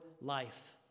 life